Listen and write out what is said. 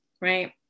right